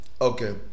Okay